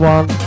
One